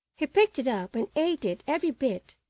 he picked it up and ate it every bit,